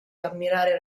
ammirare